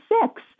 six